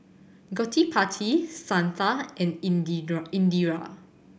Gottipati Santha and Indira